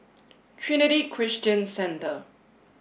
Trinity Christian Centre